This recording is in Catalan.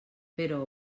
però